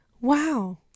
Wow